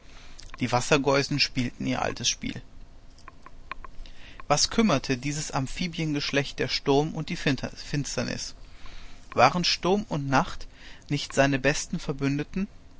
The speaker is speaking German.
die wassergeusen spielten ihr altes spiel was kümmerte dieses amphibiengeschlecht der sturm und die finsternis waren sturm und nacht nicht seine besten verbündeten